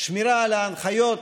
שמירה על ההנחיות,